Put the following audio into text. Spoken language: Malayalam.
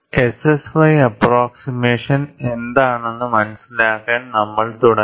SSY അപ്പ്രോക്സിമേഷൻ എന്താണെന്ന് മനസിലാക്കാൻ നമ്മൾ തുടങ്ങി